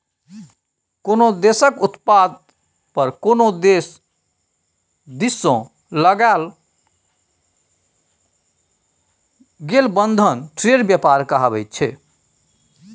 कोनो देशक उत्पाद पर कोनो देश दिससँ लगाओल गेल बंधन ट्रेड व्यापार कहाबैत छै